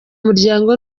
muryango